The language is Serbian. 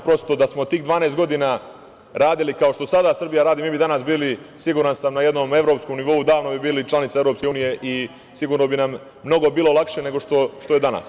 Prosto, da su tih 12 godina radili, kao što sada Srbija radi, mi bi danas bili, siguran sam, na jednom evropskom nivou, davno bi bili članica EU i sigurno bi nam mnogo bilo lakše nego što je danas.